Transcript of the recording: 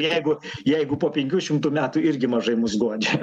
jeigu jeigu po penkių šimtų metų irgi mažai mus guodžia